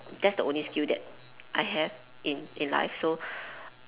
that's the only skill that I have in in life so